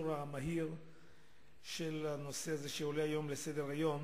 המהיר של הנושא הזה שעולה היום לסדר-היום